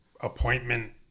appointment